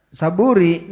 saburi